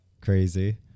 Crazy